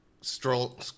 stroll